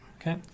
Okay